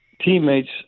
teammates